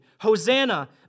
Hosanna